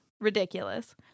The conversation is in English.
Ridiculous